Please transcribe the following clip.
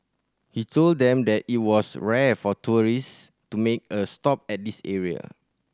he told them that it was rare for tourist to make a stop at this area